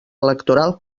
electoral